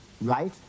right